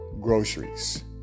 groceries